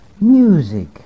Music